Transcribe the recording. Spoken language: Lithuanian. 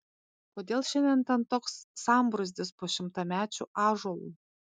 kodėl šiandien ten toks sambrūzdis po šimtamečiu ąžuolu